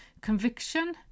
Conviction